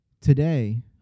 Today